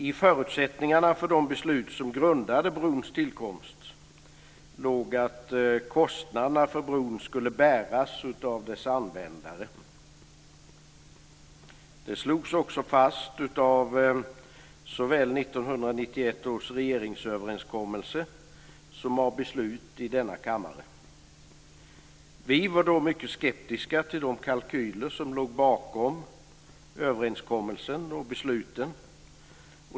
I förutsättningarna för de beslut som låg till grund för brons tillkomst låg att kostnaderna för bron skulle bäras av dess användare. Det slogs också fast av såväl 1991 års regeringsöverenskommelse som av beslut i denna kammare. Vi var då mycket skeptiska till de kalkyler som låg bakom överenskommelsen och besluten.